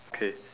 okay